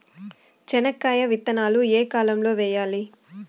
చెనక్కాయ విత్తనాలు ఏ కాలం లో వేయాలి?